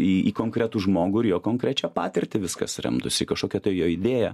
į konkretų žmogų ir jo konkrečią patirtį viskas remtųsi kažkokia tai jo idėja